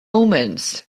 omens